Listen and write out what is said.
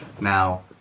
Now